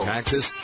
Taxes